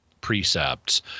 precepts